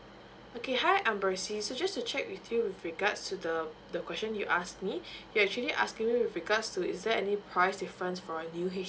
okay hi amber si so just to check with you with regards to the the question you ask me you actually asking me with regards to is there any price difference for a new